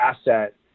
asset